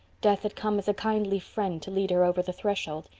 death had come as a kindly friend to lead her over the threshold,